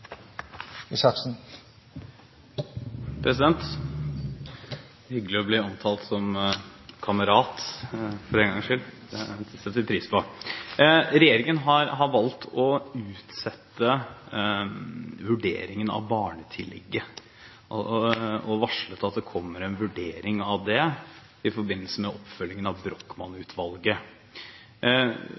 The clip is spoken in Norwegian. en gangs skyld – det setter vi pris på. Regjeringen har valgt å utsette vurderingen av barnetillegget og varslet at det kommer en vurdering av det i forbindelse med oppfølgingen av